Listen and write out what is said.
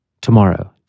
tomorrow